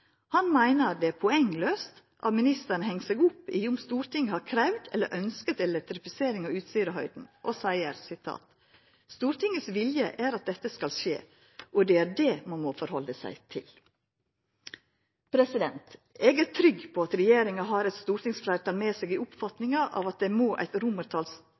Han meiner det er poenglaust at ministeren hengjer seg opp i om Stortinget har kravd eller ønskt elektrifisering av Utsirahøgda, og seier: «Stortingets vilje er at dette skal skje, og det er det man må forholde seg til.» Er ministeren trygg på at regjeringa har eit stortingsfleirtal med seg i oppfatninga av at det må eit